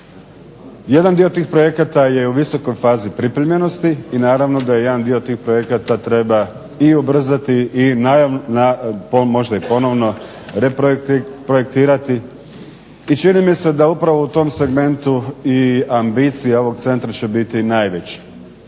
Jedan dio tih projekata je u visokoj fazi pripremljenosti i naravno da je jedan dio tih projekata treba i ubrzati i možda i ponovno reprojektirati. I čini mi se da upravo u tom segmentu i ambicija ovog centra će biti najveća.